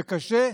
זה קשה?